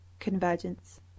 Convergence